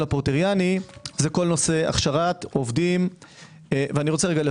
הפורטריאני זה נושא הכשרת עובדים ואפרט.